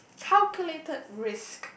calculated risk